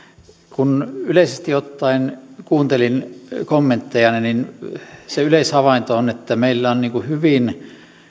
kun yleisesti ottaen kuuntelin kommenttejanne niin yleishavainto on että meillä on eduskunnassa puolueista riippumatta hyvin